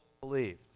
believed